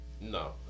no